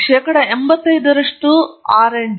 ನೀವು ಭಾರತವನ್ನು ಪ್ರತಿನಿಧಿಸುತ್ತೀರಿ ಎಂದು ಅವರು ಹೇಳಿದರು